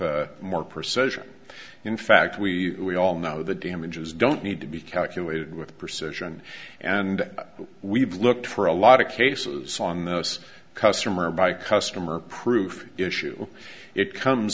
with more precision in fact we all know the damages don't need to be calculated with perception and we've looked for a lot of cases on those customer by customer proof issue it comes